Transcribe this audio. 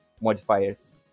modifiers